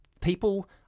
People